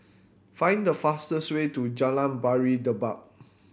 find the fastest way to Jalan Pari Dedap